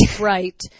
right